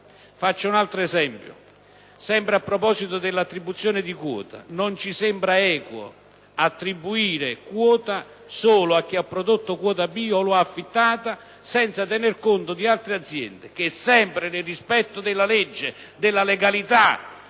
Faccio un altro esempio: sempre a proposito dell'attribuzione di quota, non ci sembra equo attribuire quota solo a chi ha prodotto quota B o la ha affittata senza tener conto di altre aziende che, sempre nel rispetto della legge e della legalità